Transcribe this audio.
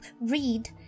read